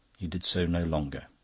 he did so no longer.